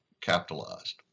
capitalized